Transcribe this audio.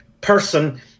person